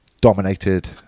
dominated